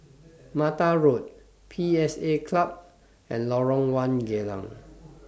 Mata Road P S A Club and Lorong one Geylang